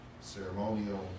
ceremonial